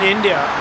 India